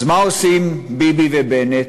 אז מה עושים ביבי ובנט?